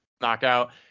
Knockout